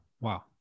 Wow